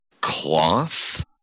cloth